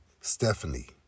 Stephanie